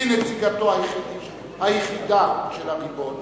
שהיא נציגתו היחידה של הריבון.